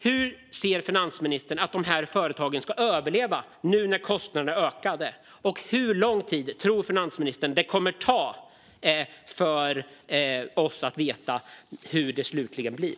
Hur anser finansministern att företagen ska överleva när kostnaderna ökar? Hur lång tid tror finansministern att det kommer att ta för oss att få veta hur det slutligen blir?